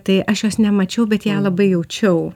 tai aš jos nemačiau bet ją labai jaučiau